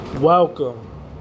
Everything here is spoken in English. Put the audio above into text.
Welcome